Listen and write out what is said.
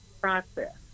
process